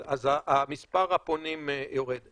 אז מספר הפונים יורד.